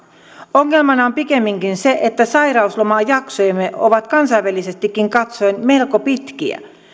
ongelmana on pikemminkin se että sairauslomajaksomme ovat kansainvälisestikin katsoen melko pitkiä